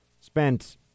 spent